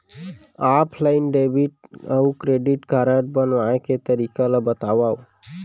Offline debit अऊ credit card बनवाए के तरीका ल बतावव?